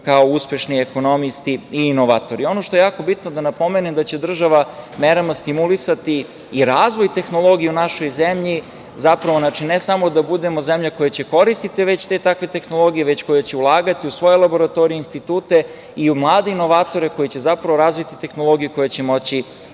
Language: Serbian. kao uspešni ekonomisti i inovatori. Ono što je jako bitno da napomenem da će država merama stimulisati i razvoj tehnologije u našoj zemlji, ne samo da budemo zemlja koja će koristiti već te takve tehnologije, već koja će ulagati u svoje laboratorije, institute i u mlade inovatore koji će zapravo razviti tehnologiju koja će moći